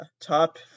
top